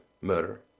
murder